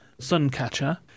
Suncatcher